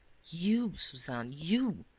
you, suzanne, you!